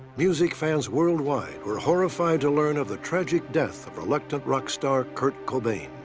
music fans worldwide were horrified to learn of the tragic death of reluctant rock star kurt cobain.